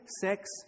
sex